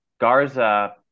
Garza